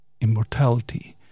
immortality